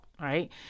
right